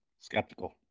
skeptical